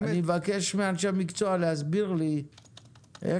אני אבקש מאנשי המקצוע להסביר לי איך